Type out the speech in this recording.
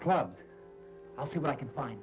clubs i'll see what i can find